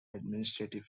administrative